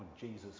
Jesus